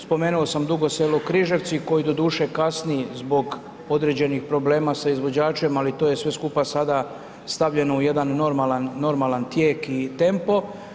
Spomenuo sam Dugo Selo-Križevci koji doduše kasni zbog određenih problema sa izvođačem ali to je sve skupa sada stavljeno u jedan normalan tijek i tempo.